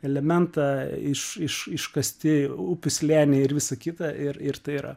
elementą iš iš iškasti upių slėniai ir visa kita ir ir tai yra